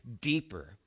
deeper